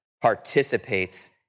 participates